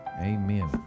amen